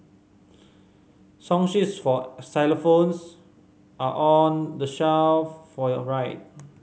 song sheets for xylophones are on the shelf for your right